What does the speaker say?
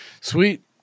Sweet